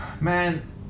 Man